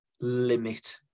limit